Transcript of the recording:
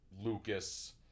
Lucas